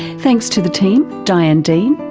thanks to the team diane dean,